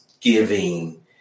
giving